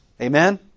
Amen